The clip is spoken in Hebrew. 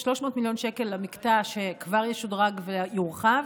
300 מיליון שקל למקטע שכבר ישודרג ויורחב.